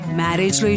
marriage